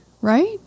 right